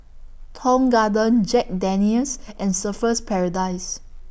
Tong Garden Jack Daniel's and Surfer's Paradise